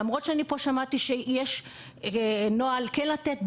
למרות ששמעתי שיש נוהל כן לתת,